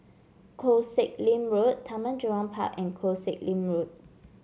Koh Sek Lim Road Taman Jurong Park and Koh Sek Lim Road